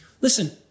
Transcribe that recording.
listen